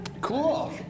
Cool